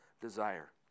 desire